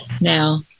now